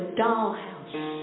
dollhouse